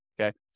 okay